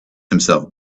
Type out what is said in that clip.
himself